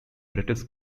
british